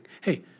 Hey